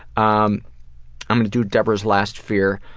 um i'm gonna do debra's last fear,